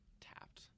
tapped